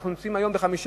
אנחנו נמצאים היום ב-15%.